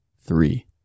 three